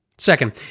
Second